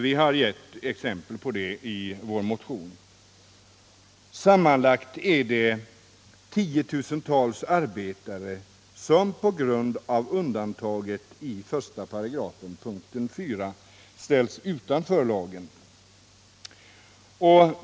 Vi har ju ett exempel på detta i vår motion. Sammanlagt är det tiotusentals arbetare som på grund av undantagen i 13 punkt 4 ställts utanför lagen.